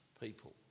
people